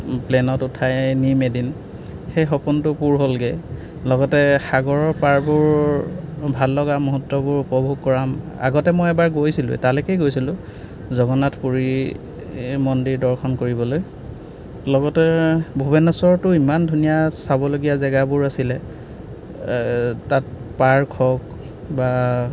প্লেনত উঠাই নিম এদিন সেই সপোনটো পূৰ হ'লগৈ লগতে সাগৰৰ পাৰবোৰ ভাল লগা মুহূৰ্তবোৰ উপভোগ কৰাম আগতে মই এবাৰ গৈছিলোঁ তালৈকে গৈছিলোঁ জগন্নাথ পুৰী এই মন্দিৰ দৰ্শন কৰিবলৈ লগতে ভূৱেনেশ্বৰটো ইমান ধুনীয়া চাবলগীয়া জেগাবোৰ আছিলে এ তাত পাৰ্ক হওক বা